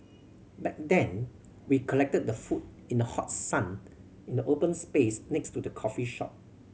back then we collected the food in the hot sun in the open space next to the coffee shop